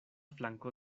flanko